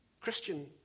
Christian